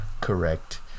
Correct